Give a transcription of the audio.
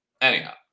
Anyhow